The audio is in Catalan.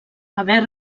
haver